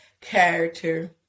character